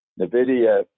NVIDIA